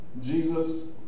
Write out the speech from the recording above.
Jesus